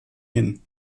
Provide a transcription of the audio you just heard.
hin